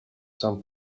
some